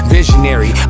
Visionary